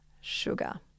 sugar